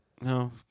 No